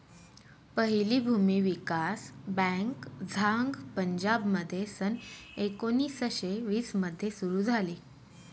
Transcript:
पहिली भूमी विकास बँक झांग पंजाबमध्ये सन एकोणीसशे वीस मध्ये सुरू झाली